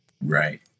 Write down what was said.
Right